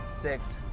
six